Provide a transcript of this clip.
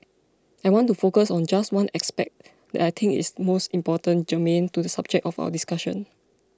I want to focus on just one aspect that I think is most germane to the subject of our discussion